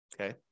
Okay